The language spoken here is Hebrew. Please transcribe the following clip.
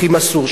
הכי מסור,